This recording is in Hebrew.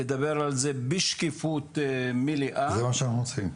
לדבר על זה בשקיפות מלאה --- זה מה שאנחנו עושים.